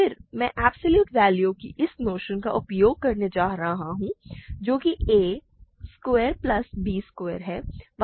फिर मैं absolute value की इस नोशन का उपयोग करने जा रहा हूं जो कि a square plus b square है